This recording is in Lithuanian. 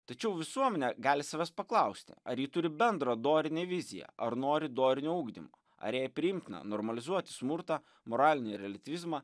tačiau visuomenė gali savęs paklausti ar ji turi bendrą dorinę viziją ar nori dorinio ugdymo ar jai priimtina normalizuoti smurtą moralinį reliatyvizmą